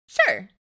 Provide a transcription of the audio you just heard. sure